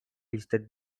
listed